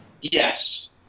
Yes